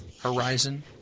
horizon